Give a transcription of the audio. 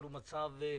אבל הוא מאוד קשה.